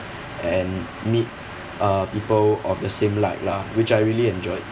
and meet uh people of the same like lah which I really enjoy